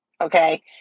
okay